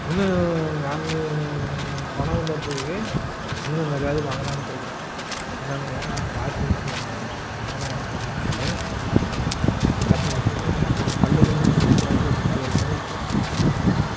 இன்னும் வாங்கு பணம் வந்த பிறகு இன்னும் நிறையா இது வாங்கலாம்ட்டு இருக்கிறேன் என்னென்னு கேட்டிங்கன்னால் வாஷிங் மிஷின் வாங்கணும் ஏன்னால் வந்து பார்த்தீங்கன்னா ஏன் வாஷிங் மிஷின்னால் கல்லுலெல்லாம் பிடிச்சிட்டு துவச்சிட்ருக்க முடியாதுங்க ஆமாம்